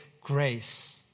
grace